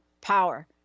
power